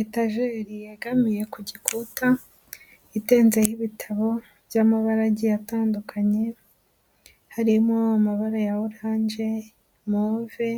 Etajeri yegamiye ku gikuta itenzeho ibitabo by'amabara agiye atandukanye, harimo amabara ya oranje, move,